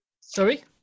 Sorry